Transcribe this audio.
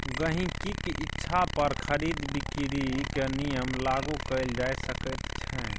गहिंकीक इच्छा पर खरीद बिकरीक नियम लागू कएल जा सकैत छै